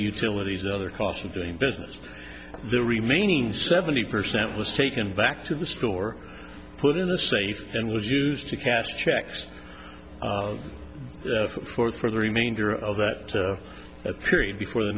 utilities the other costs of doing business the remaining seventy percent was taken back to the store put in the safe and was used to cast checks for for the remainder of that period before the